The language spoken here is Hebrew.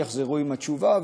יחזרו עם התשובה,